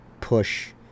push